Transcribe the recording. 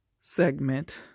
segment